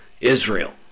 Israel